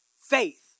Faith